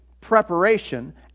preparation